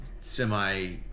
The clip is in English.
semi